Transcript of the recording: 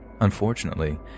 Unfortunately